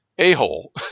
a-hole